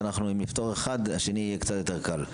שאם אנחנו נפתור אחת השנייה תהיה קצת יותר קלה.